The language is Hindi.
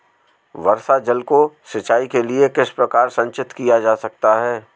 वर्षा जल को सिंचाई के लिए किस प्रकार संचित किया जा सकता है?